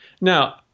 Now